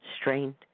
strained